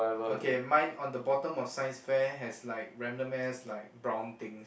okay mine on the bottom of Science fair has like random ass like brown things